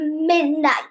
midnight